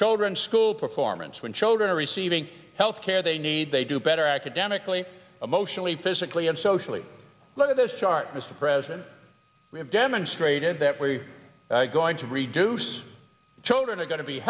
children's school performance when children are receiving health care they need they do better academically emotionally physically and socially a lot of the start as the president we have demonstrated that wary going to reduce children are going to be